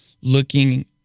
looking